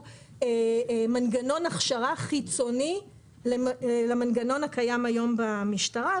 מנגנון הכשרה חיצוני למנגנון הקיים היום במשטרה.